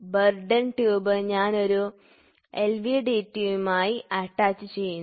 burden tube ഞാൻ ഒരു എൽവിഡിടിയുമായി അറ്റാച്ചുചെയ്യുന്നു